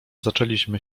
zaczęliśmy